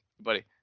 Buddy